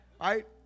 right